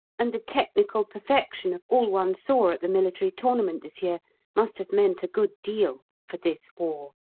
and the technical perfection of all one saw at the military tournament this year must have meant a good deal for this war.